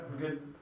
good